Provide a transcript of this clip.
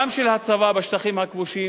גם של הצבא בשטחים הכבושים,